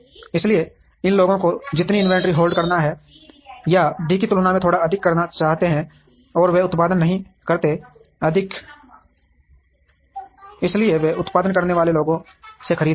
इसलिए इन लोगों को जितना इन्वेंट्री होल्ड करना है या डी की तुलना में थोड़ा अधिक करना चाहते हैं और वे उत्पादन नहीं करते हैं इसलिए वे उत्पादन करने वाले लोगों से खरीदेंगे